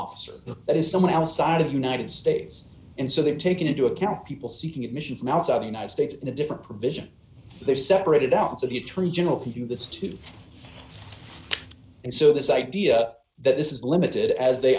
officer that is somehow inside of the united states and so they are taken into account people seeking admission from outside the united states in a different provision they separated out so the attorney general can do this too and so this idea that this is limited as they